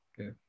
Okay